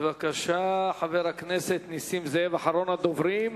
בבקשה, חבר הכנסת נסים זאב, אחרון הדוברים,